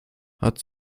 hat